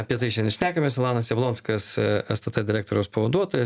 apie tai šnekamės elanas jablonskas stt direktoriaus pavaduotoja